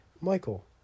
Michael